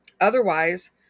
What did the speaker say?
Otherwise